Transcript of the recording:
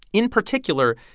in particular,